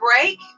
break